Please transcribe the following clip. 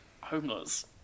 homeless